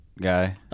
guy